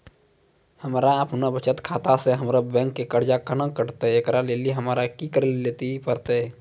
हमरा आपनौ बचत खाता से हमरौ बैंक के कर्जा केना कटतै ऐकरा लेली हमरा कि करै लेली परतै?